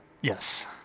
Yes